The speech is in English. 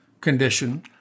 condition